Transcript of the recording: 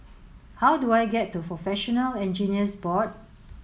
how do I get to Professional Engineers Board